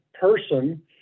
person